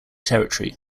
territory